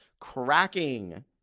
cracking